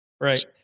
Right